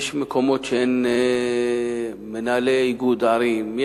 כשיש מקומות שמנהלי איגוד ערים,